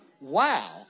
Wow